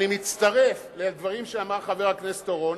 אני מצטרף לדברים שאמר חבר הכנסת אורון